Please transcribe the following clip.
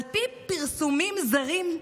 על פי פרסומים זרים,